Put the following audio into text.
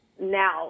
now